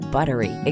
Buttery